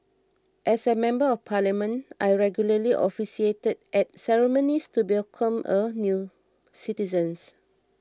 as a member of parliament I regularly officiated at ceremonies to welcome new citizens